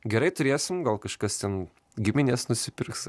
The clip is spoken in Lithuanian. gerai turėsim gal kažkas ten giminės nusipirks